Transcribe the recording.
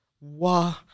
Wow